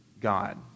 God